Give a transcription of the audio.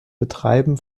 betreiben